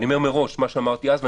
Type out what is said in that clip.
אני אומר מראש מה שאמרתי אז,